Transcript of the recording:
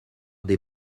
des